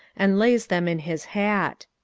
and lays them in his hat.